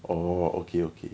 orh okay okay